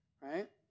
right